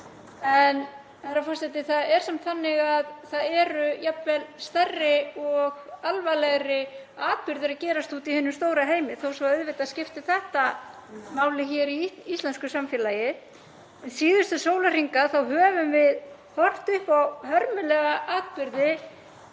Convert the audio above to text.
Það er samt þannig að það eru jafnvel stærri og alvarlegri atburðir að gerast úti í hinum stóra heimi, þó svo að auðvitað skipti þetta máli í íslensku samfélagi. Síðustu sólarhringa höfum við horft upp á hörmulega atburði